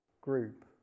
group